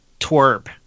Twerp